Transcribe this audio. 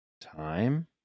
Time